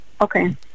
Okay